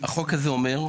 אלון, החוק הזה אומר,